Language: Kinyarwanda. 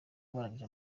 barangije